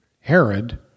Herod